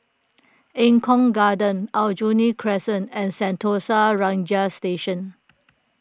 Eng Kong Garden Aljunied Crescent and Sentosa Ranger Station